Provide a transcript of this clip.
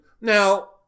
Now